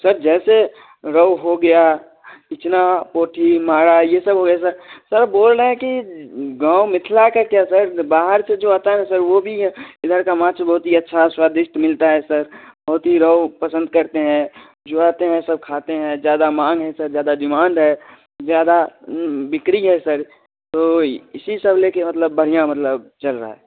sir जैसे रोहू हो गया पिछना पोठी माया ये सब हो गया सर बोल रहे हैं कि गाँव मिथिला का क्या सर बाहर से जो आता है ना सर वो भी इधर का माछ बहुत ही अच्छा स्वादिष्ट मिलता है सर बहुत ही रोहू पसंद करते हैं जो आते हैं सब खाते हैं ज़्यादा माँग है सर ज़्यादा डिमांड है ज़्यादा बिक्री है सर तो इसी सब ले कर मतलब बढ़िया मतलब चल रहा है